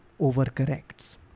overcorrects